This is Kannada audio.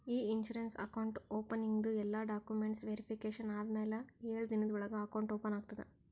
ಇ ಇನ್ಸೂರೆನ್ಸ್ ಅಕೌಂಟ್ ಓಪನಿಂಗ್ದು ಎಲ್ಲಾ ಡಾಕ್ಯುಮೆಂಟ್ಸ್ ವೇರಿಫಿಕೇಷನ್ ಆದಮ್ಯಾಲ ಎಳು ದಿನದ ಒಳಗ ಅಕೌಂಟ್ ಓಪನ್ ಆಗ್ತದ